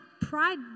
pride